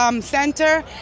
center